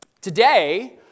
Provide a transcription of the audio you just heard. today